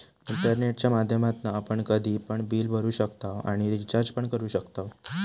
इंटरनेटच्या माध्यमातना आपण कधी पण बिल भरू शकताव आणि रिचार्ज पण करू शकताव